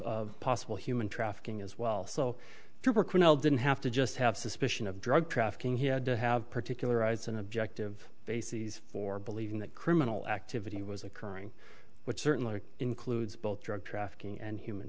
of possible human trafficking as well so trooper cornell didn't have to just have suspicion of drug trafficking he had to have particularized an objective basis for believing that criminal activity was occurring which certainly includes both drug trafficking and human